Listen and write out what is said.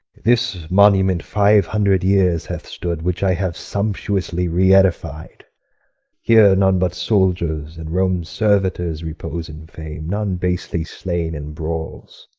this monument five hundred years hath stood, which i have sumptuously re-edified here none but soldiers and rome's servitors repose in fame none basely slain in brawls.